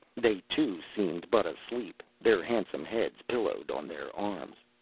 they, too, seemed but asleep, their handsome heads pillowed on their arms.